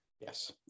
Yes